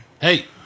Hey